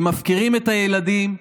הם מפקירים את הילדים,